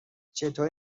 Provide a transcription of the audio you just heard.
چطور